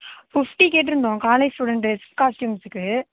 fifty கேட்டிருந்தோம் college student dress காஸ்ட்யூம்ஸுக்கு